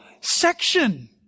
section